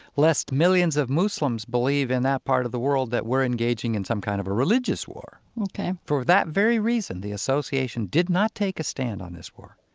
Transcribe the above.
lest millions of muslims believe, in that part of the world, that we're engaging in some kind of a religious war. for that very reason the association did not take a stand on this war.